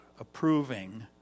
approving